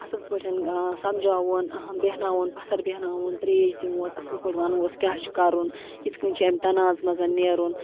اَصٕل پٲٹھۍ سَمجھاوُن بیٚہناوون پَتھَر بیٚہناوُن تریش دِمووس اَصٕل پٲٹھۍ وَنووس کیاہ چھُ کَرُن یِتھ کٔنۍ چھُ اَمہِ تنازٕ منٛز نیرُن